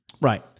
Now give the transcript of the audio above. Right